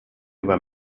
über